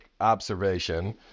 observation